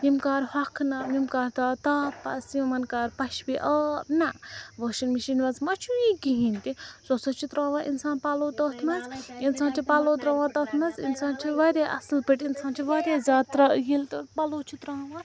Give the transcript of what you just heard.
یِم کَر ہۄکھنَم یِم کَر ترٛاو تاپَس یِمَن کَر پَشپہِ آب نَہ واشِنٛگ مِشیٖن منٛز ما چھُ یہِ کِہیٖنۍ تہِ سۄ ہسا چھُ ترٛاوان اِنسان پَلوٚو تَتھ مَنٛز اِنسان چھُ پَلوٚو ترٛاوان تَتھ مَنٛز اِنسان چھُ واریاہ اصٕل پٲٹھۍ اِنسان چھُ واریاہ زیادٕ ترٛا ییٚلہِ تَتھ پَلوٚو چھِ ترٛاوان